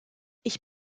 ich